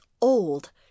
old